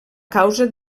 causa